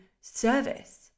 service